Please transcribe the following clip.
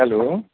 hello